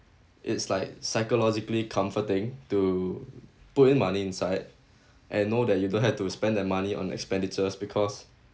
it's like psychologically comforting to put in money inside and know that you don't have to spend that money on expenditures because